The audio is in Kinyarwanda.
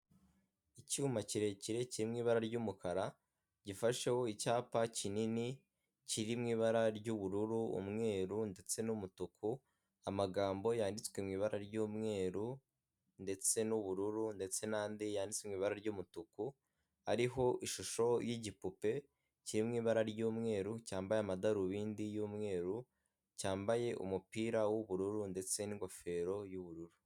Icyuma kirekire kiri mw’ibara ry'umukara gifasheho icyapa kinini kiri mw’ibara ry'ubururu, umweru ndetse n'umutuku, amagambo yanditswe mw’ibara ry'umweru ndetse n'ubururu, ndetse n'andi yanditse mw’ibara ry'umutuku ariho ishusho y'igipupe kiri mw’ibara ry'umweru, cyambaye amadarubindi y'umweru, cyambaye umupira w'ubururu ndetse n'ingofero y'ubururu.